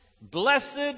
Blessed